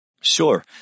Sure